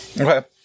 Okay